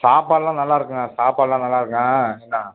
சாப்பாடெல்லாம் நல்லா இருக்குங்க சாப்பாடெல்லாம் நல்லா இருக்குதுங்க என்ன